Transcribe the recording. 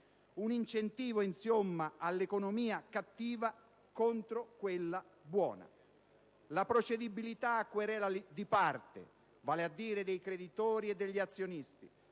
un incentivo insomma all'economia cattiva contro quella buona. La procedibilità a querela di parte - vale a dire dei creditori e degli azionisti